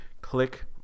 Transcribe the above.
Click